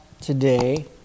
today